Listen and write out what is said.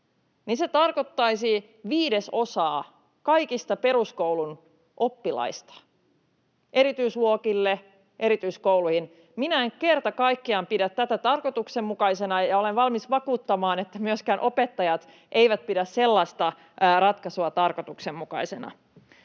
se tarkoittaisi viidesosaa kaikista peruskoulun oppilaista erityisluokille, erityiskouluihin. Minä en kerta kaikkiaan pidä tätä tarkoituksenmukaisena ja olen valmis vakuuttamaan, että myöskään opettajat eivät pidä sellaista ratkaisua tarkoituksenmukaisena.